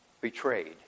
betrayed